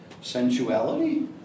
Sensuality